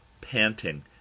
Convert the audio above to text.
panting